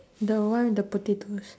the one the potatoes